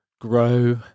grow